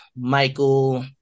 Michael